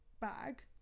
bag